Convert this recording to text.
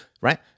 right